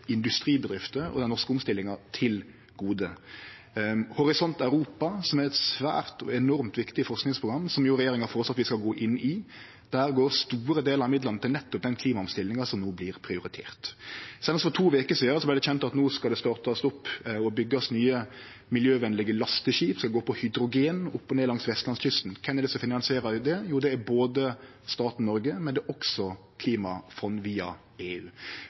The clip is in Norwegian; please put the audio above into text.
industribedrifter og den norske omstillinga til gode. I Horisont Europa, som er eit svært og enormt viktig forskingsprogram, som regjeringa har føreslått at vi skal gå inn i, går store delar av midlane til nettopp den klimaomstillinga som no vert prioritert. Seinast for to veker sidan vart det kjent at ein skal starte å byggje nye miljøvenlege lasteskip som skal gå på hydrogen opp og ned langs vestlandskysten. Kven finansierer det? Det er både staten Noreg og klimafond via EU. Så det er ikkje slik at EU